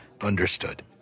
Understood